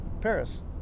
Paris